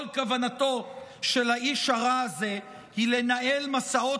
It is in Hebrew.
כל כוונתו של האיש הרע הזה היא לנהל מסעות